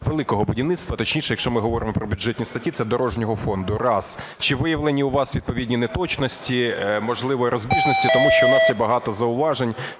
великого будівництва, точніше, якщо ми говоримо про бюджетні статті, це дорожнього фонду. Раз. Чи виявлені у вас відповідні неточності, можливо, розбіжності? Тому що в нас є багато зауважень